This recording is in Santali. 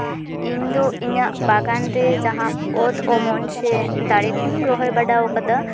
ᱤᱧᱫᱚ ᱤᱧᱟᱹᱜ ᱵᱟᱜᱟᱱ ᱨᱮ ᱡᱟᱦᱟᱸ ᱚᱛ ᱚᱢᱚᱱ ᱥᱮ ᱫᱟᱨᱮ ᱠᱚᱧ ᱨᱚᱦᱚᱭ ᱵᱟᱰᱟ ᱠᱟᱫᱟ